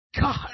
God